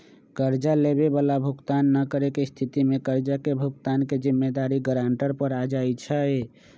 कर्जा लेबए बला भुगतान न करेके स्थिति में कर्जा के भुगतान के जिम्मेदारी गरांटर पर आ जाइ छइ